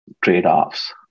trade-offs